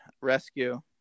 rescue